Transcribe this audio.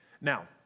Now